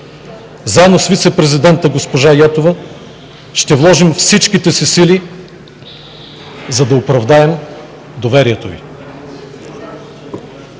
Заедно с вицепрезидента госпожа Йотова ще вложим всичките си сили, за да оправдаем доверието Ви.